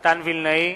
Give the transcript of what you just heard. מתן וילנאי,